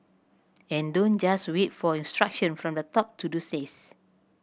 and don't just wait for instruction from the top to do this